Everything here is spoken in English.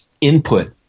input